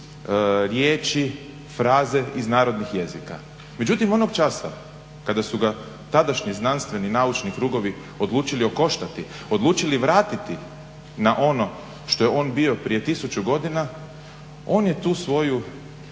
riječi, fraze iz narodnih jezika. Međutim, onog časa kada su ga tadašnji znanstveni naučni krugovi odlučili okoštati, odlučili vratiti na ono što je on bio prije tisuću godina on je tu svoju